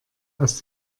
aus